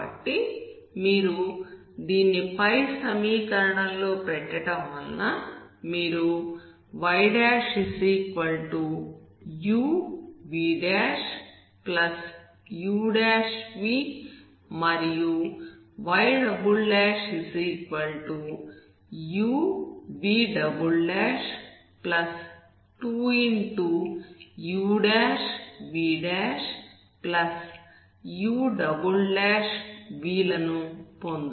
కాబట్టి మీరు దీన్ని పై సమీకరణం లో పెట్టడం వల్ల మీరు yuvuv మరియు yuv2uvuv లను పొందుతారు